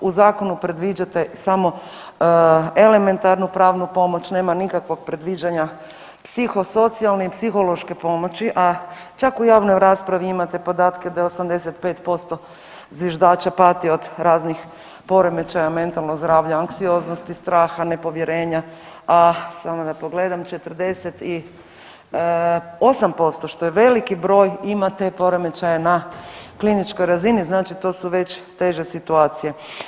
U zakonu predviđate samo elementarnu pravnu pomoć, nema nikakvog predviđanja psihosocijalne i psihološke pomoći, a čak u javnoj raspravi imate podatke da 85% zviždača pati od raznih poremećaja mentalnog zdravlja, anksioznosti, straha, nepovjerenja, a samo da pogledam 48% što je veliki broj imate poremećaje na kliničkoj razini znači to su već teže situacije.